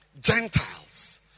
Gentiles